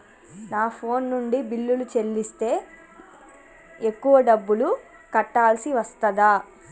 నా ఫోన్ నుండి బిల్లులు చెల్లిస్తే ఎక్కువ డబ్బులు కట్టాల్సి వస్తదా?